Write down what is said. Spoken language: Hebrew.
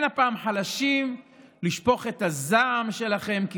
אין הפעם חלשים לשפוך את הזעם שלכם עליהם,